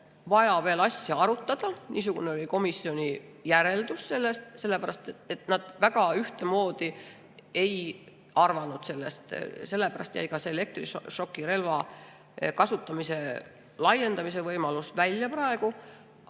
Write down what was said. vaja veel neid asju arutada. Niisugune oli komisjoni järeldus, sellepärast et nad väga ühtemoodi ei arvanud sellest. Sellepärast jäi ka see elektrišokirelva kasutamise laiendamine välja praegu.